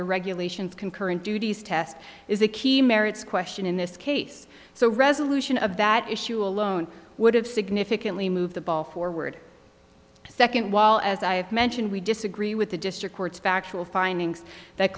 the regulations concurrent duties test is the key merits question in this case so resolution of that issue alone would have significantly moved the ball forward second while as i mentioned we disagree with the district court's factual findings that